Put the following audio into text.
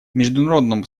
международному